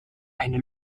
eine